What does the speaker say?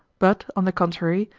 but, on the contrary,